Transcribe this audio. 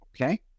Okay